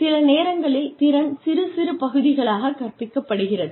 சில நேரங்களில் திறன் சிறு சிறு பகுதிகளாக கற்பிக்கப்படுகிறது